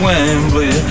Wembley